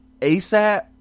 ASAP